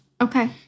Okay